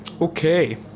Okay